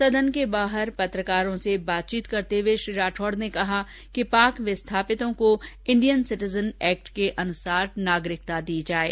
सदन के बाहर पत्रकारों से बातचीत करते हुए श्री राठौड़ ने कहा कि पाक विस्तापितों को इंडियन सिटीजन एक्ट के अनुसार नागरिकता दी जाये